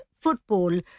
football